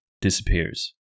disappears